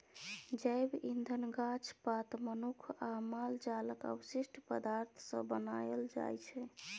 जैब इंधन गाछ पात, मनुख आ माल जालक अवशिष्ट पदार्थ सँ बनाएल जाइ छै